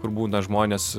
kur būna žmones